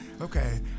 okay